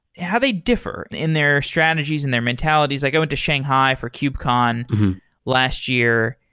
how they differ in their strategies and their mentalities. i go into shanghai for kubecon last year.